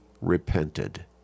repented